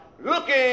looking